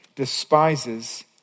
despises